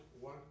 one